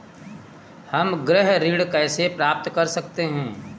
हम गृह ऋण कैसे प्राप्त कर सकते हैं?